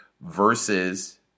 versus